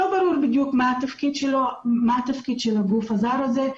לא ברור בדיוק מה התפקיד של הגוף הזר הזה,